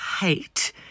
hate